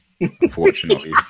unfortunately